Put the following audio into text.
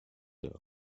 der